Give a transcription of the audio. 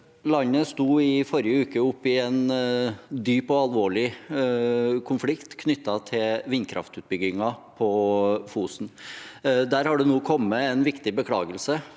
Landet sto i forrige uke oppe i en dyp og alvorlig konflikt knyttet til vindkraftutbyggingen på Fosen. Det har nå kommet en viktig beklagelse